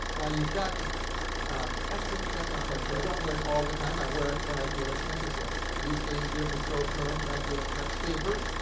now you've got actually, that's not quite true, i don't wear it all the time, i wear it when i feel it's necessary. these days europe is so affluent and i feel it's much safer,